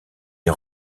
des